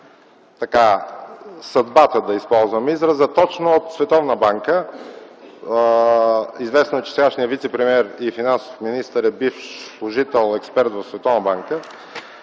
на съдбата, да използвам израза, точно от Световната банка. Известно е, че сегашният вицепремиер и финансов министър е бивш служител-експерт в Световната банка